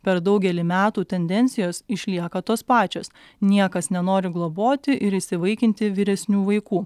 per daugelį metų tendencijos išlieka tos pačios niekas nenori globoti ir įsivaikinti vyresnių vaikų